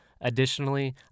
Additionally